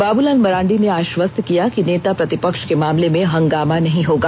बाबलाल मरांडी ने आष्वस्त किया कि नेता प्रतिपक्ष के मामले में हंगामा नहीं होगा